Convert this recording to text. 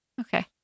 Okay